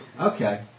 Okay